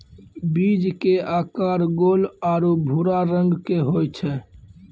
बीज के आकार गोल आरो भूरा रंग के होय छै